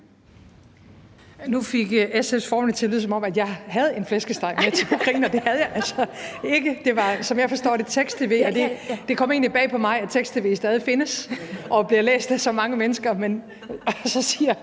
Nu fik SF's formand det til at lyde, som om jeg havde en flæskesteg med til Ukraine, og det havde jeg altså ikke. Det fremgik af, som jeg forstår det, tekst-tv, og det kom egentlig bag på mig, at tekst-tv stadig findes og bliver læst af så mange mennesker ... Og så siger